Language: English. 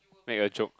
make a joke